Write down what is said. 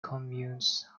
communes